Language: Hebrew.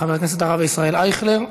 חבר הכנסת הרב ישראל אייכלר,